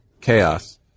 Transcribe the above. chaos